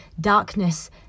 darkness